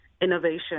innovation